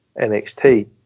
NXT